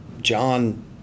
John